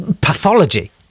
pathology